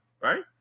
right